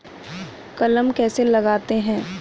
कलम कैसे लगाते हैं?